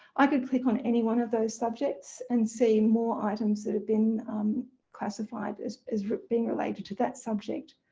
i could click on any one of those subjects, and see more items that have been classified as as being related to that subject,